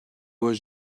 was